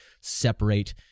separate